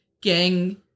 gang